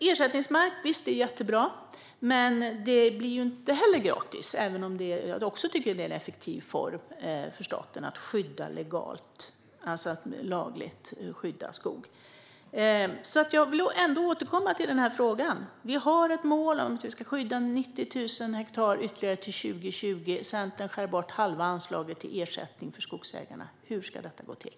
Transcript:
Ersättningsmark är jättebra, men inte heller det blir gratis, även om också jag tycker att det är en effektiv form för staten att lagligt skydda skog. Jag vill återkomma till frågan. Vi har ett mål om att vi ska skydda ytterligare 90 000 hektar till 2020. Centern skär bort halva anslaget till ersättning för skogsägarna. Hur ska detta gå till?